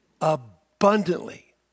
abundantly